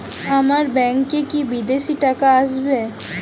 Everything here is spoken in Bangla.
আমার ব্যংকে কি বিদেশি টাকা আসবে?